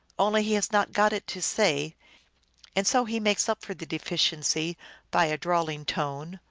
only he has not got it to say and so he makes up for the de ficiency by a drawling tone,